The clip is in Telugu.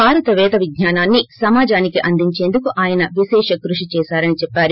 భారత పేద విజ్ఞానాన్ని సమాజానికి అందించేందుకు ఆయస విశేష కృషి చేశారని చెప్పారు